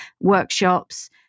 workshops